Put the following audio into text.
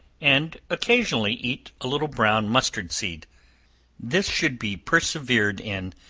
and occasionally eat a little brown mustard seed this should be persevered in,